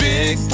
Big